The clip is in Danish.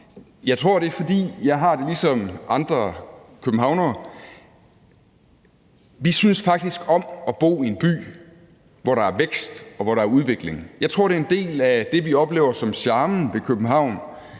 er, at jeg har det ligesom andre københavnere, tror jeg: Vi synes faktisk om at bo i en by, hvor der er vækst, og hvor der er udvikling. Jeg tror, det er en del af det, vi oplever som charmen ved København,